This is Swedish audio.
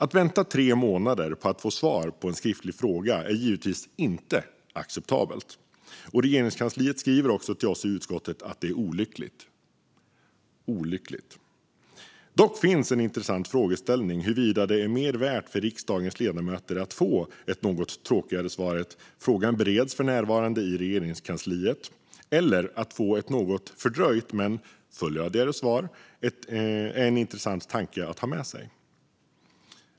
Att få vänta tre månader på att få svar på sin skriftliga fråga är givetvis inte acceptabelt, och Regeringskansliet skriver också till oss i utskottet att det är olyckligt. Dock finns en intressant frågeställning om huruvida det är mer värt för riksdagens ledamöter att få det något tråkiga svaret att frågan för närvarande bereds i Regeringskansliet eller att få ett något fördröjt men fullödigare svar - en intressant tanke att ha med sig.